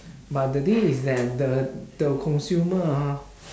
but the thing is that the the consumer ah